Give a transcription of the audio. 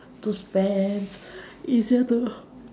to spends easier to